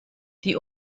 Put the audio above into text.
die